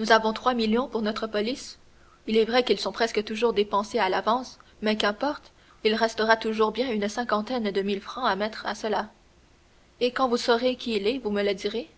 nous avons trois millions pour notre police il est vrai qu'ils sont presque toujours dépensés à l'avance mais n'importe il restera toujours bien une cinquantaine de mille francs à mettre à cela et quand vous saurez qui il est vous me le direz